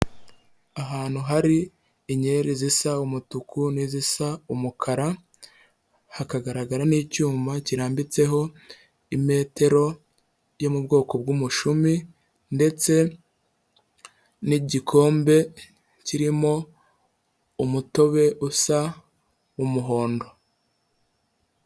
Ahantu hari inyeri zisa umutuku n'izisa umukara, hakagaragara n'icyuma kirambitseho imetero yo mu bwoko bw'umushumi ndetse n'igikombe, kirimo umutobe usa umuhondo.